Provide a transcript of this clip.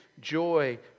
joy